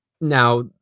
now